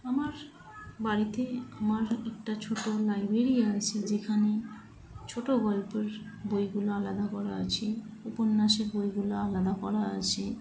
আমার বাড়িতে আমার একটা ছোট লাইব্রেরি আছে যেখানে ছোট গল্পের বইগুলো আলাদা করা আছে উপন্যাসের বইগুলো আলাদা করা আছে